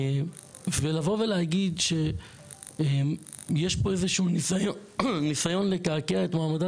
ולבוא ולהגיד שיש פה איזשהו ניסיון לקעקע את מעמדה